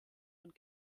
und